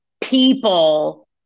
people